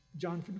John